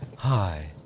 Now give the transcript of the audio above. Hi